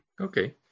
Okay